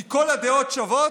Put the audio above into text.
כי כל הדעות שוות,